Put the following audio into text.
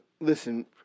Listen